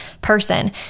person